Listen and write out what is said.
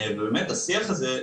ובאמת השיח הזה,